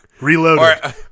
Reloaded